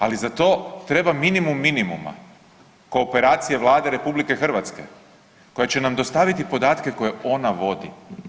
Ali za to treba minimum minimuma kooperacije Vlade RH koja će nam dostaviti podatke koje ona vodi.